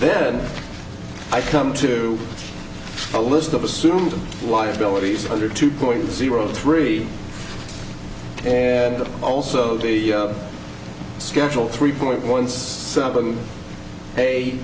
then i come to a list of assumed liabilities under two point zero three and also the schedule three point once they